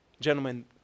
Gentlemen